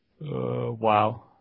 Wow